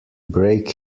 break